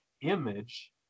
image